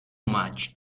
much